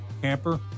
camper